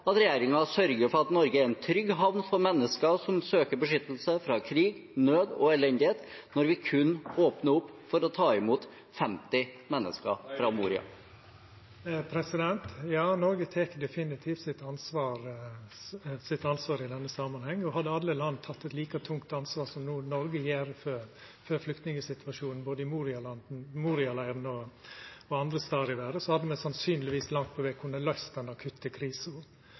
at regjeringen sørger for at Norge er en trygg havn for mennesker som søker beskyttelse fra krig, nød og elendighet, når man kun åpner opp for å ta imot 50 mennesker fra Moria. Ja, Noreg tek definitivt sitt ansvar i denne samanhengen. Hadde alle land teke eit like tungt ansvar som Noreg no gjer for flyktningsituasjonen i både Moria-leiren og andre stader i verda, hadde me sannsynlegvis langt på veg kunna løyst den akutte krisa.